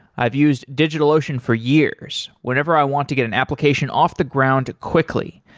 i've used digitalocean for years, whenever i want to get an application off the ground quickly.